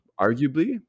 Arguably